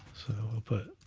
so we'll put